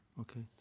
Okay